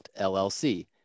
LLC